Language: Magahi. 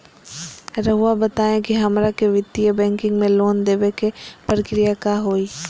रहुआ बताएं कि हमरा के वित्तीय बैंकिंग में लोन दे बे के प्रक्रिया का होई?